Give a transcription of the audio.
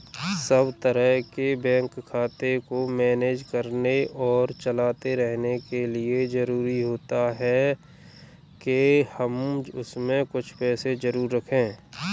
सब तरह के बैंक खाते को मैनेज करने और चलाते रहने के लिए जरुरी होता है के हम उसमें कुछ पैसे जरूर रखे